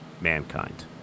mankind